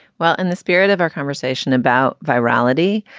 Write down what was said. well, in the spirit of our conversation about virality,